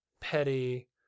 Petty